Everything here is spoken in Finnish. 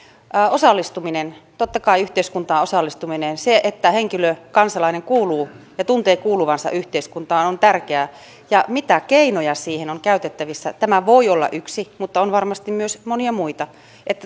totta kai yhteiskuntaan osallistuminen se että henkilö kansalainen kuuluu ja tuntee kuuluvansa yhteiskuntaan on tärkeää ja mitä keinoja siihen on käytettävissä tämä voi olla yksi mutta on varmasti myös monia muita